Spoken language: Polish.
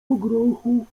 grochu